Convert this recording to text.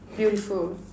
beautiful